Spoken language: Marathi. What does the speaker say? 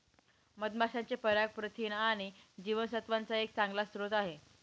मधमाशांचे पराग प्रथिन आणि जीवनसत्त्वांचा एक चांगला स्रोत आहे